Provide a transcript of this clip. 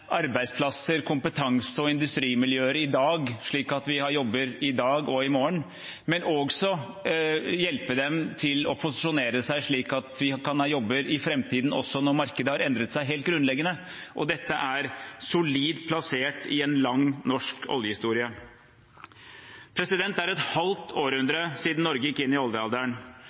arbeidsplasser, kompetanse og industrimiljøer i dag, slik at vi har jobber i dag og i morgen, og hjelpe dem til å posisjonere seg slik at vi kan ha jobber i framtiden, også når markedet har endret seg helt grunnleggende. Dette er solid plassert i en lang norsk oljehistorie. Det er et halvt århundre siden Norge gikk inn i oljealderen.